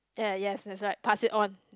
ya yes that's right pass it on